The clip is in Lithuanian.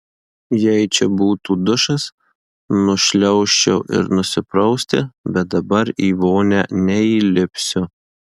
jei čia būtų dušas nušliaužčiau ir nusiprausti bet dabar į vonią neįlipsiu